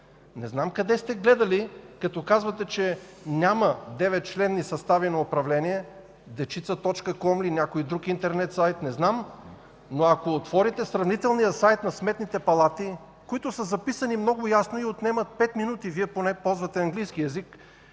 Не знам къде сте гледали, като казахте, че няма 9-членни състави на управление – „Дечица.ком” или някой друг интернет сайт, не знам?! Ако отворите обаче сравнителния сайт на сметните палати, които са записани много ясно и отнемат пет минути – Вие поне ползвате английски език,